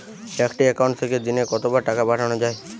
একটি একাউন্ট থেকে দিনে কতবার টাকা পাঠানো য়ায়?